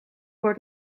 word